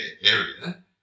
area